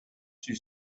sur